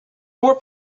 more